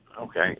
Okay